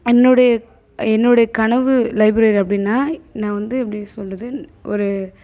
என்னுடைய என்னுடைய கனவு லைப்ரரி அப்படின்னா நான் வந்து எப்படி சொல்கிறது ஒரு